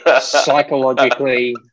psychologically